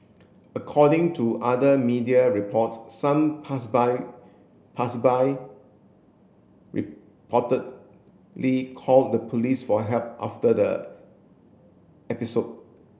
according to other media reports some pass by pass by reportedly called the police for help after the episode